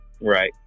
right